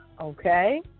Okay